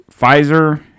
Pfizer